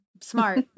Smart